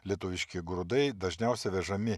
lietuviški grūdai dažniausia vežami